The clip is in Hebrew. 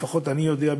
לפחות לפי מה שאני יודע,